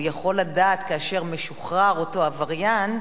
הוא יכול לדעת כאשר משוחרר אותו עבריין,